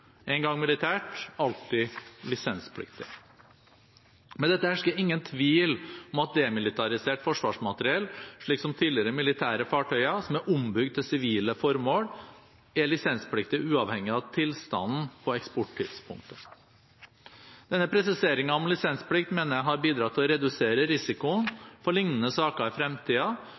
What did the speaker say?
En gang militært – alltid lisensplikt. Med dette hersker ingen tvil om at demilitarisert forsvarsmateriell, slik som tidligere militære fartøyer som er ombygd til sivile formål, er lisenspliktig uavhengig av tilstanden på eksporttidspunktet. Denne presiseringen om lisensplikt mener jeg har bidratt til å redusere risikoen for liknende saker i